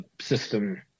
system